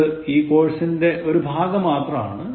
ഇത് ഈ കോഴ്സിൻറെ ഒരു ഭാഗം മാത്രമാണ്